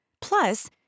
Plus